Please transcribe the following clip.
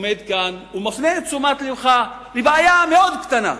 עומד כאן ומפנה את תשומת לבך לבעיה מאוד קטנה,